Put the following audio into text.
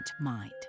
mind